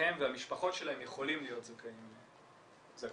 הם והמשפחות שלהם יכולים להיות זכאים לגמלה.